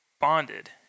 bonded